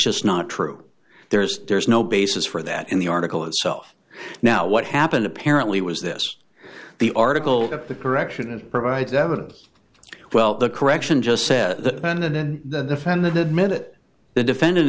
just not true there's there's no basis for that in the article itself now what happened apparently was this the article the correction it provides evidence well the correction just says ben and then the defendant